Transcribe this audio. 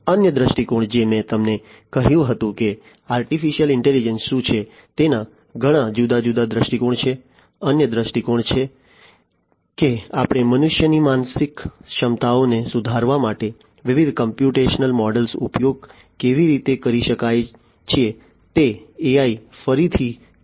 અન્ય દ્રષ્ટિકોણ જે મેં તમને કહ્યું હતું કે AI શું છે તેના ઘણા જુદા જુદા દ્રષ્ટિકોણ છે અન્ય દૃષ્ટિકોણ એ છે કે આપણે મનુષ્યોની માનસિક ક્ષમતાઓને સુધારવા માટે વિવિધ કોમ્પ્યુટેશનલ મોડલ્સનો ઉપયોગ કેવી રીતે કરી શકીએ છીએ તે AI ફરીથી કરી શકે છે